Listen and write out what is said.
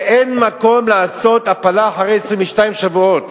שאין מקום לעשות הפלה אחרי 22 שבועות?